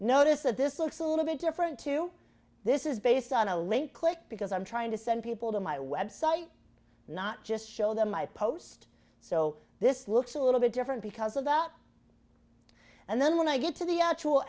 notice that this looks a little bit different to this is based on a link click because i'm trying to send people to my website not just show them my post so this looks a little bit different because of that and then when i get to the actual